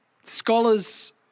scholars